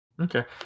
Okay